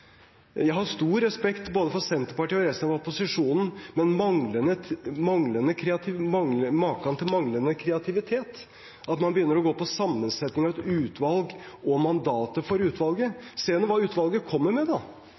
Jeg har stor respekt for Senterpartiet og resten av opposisjonen, men maken til manglende kreativitet – at man begynner å se på sammensetningen av et utvalg og mandatet for utvalget. Se nå hva utvalget kommer med, da.